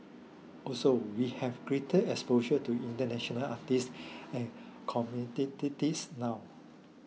also we have greater exposure to international artist and now